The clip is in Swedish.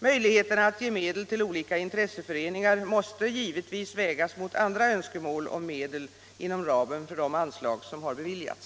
Möjligheterna att ge medel till olika intresseföreningar måste givetvis vägas mot andra önskemål om medel inom ramen för de anslag som har beviljats.